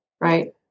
right